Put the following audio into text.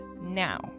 now